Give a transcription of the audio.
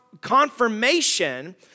confirmation